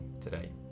today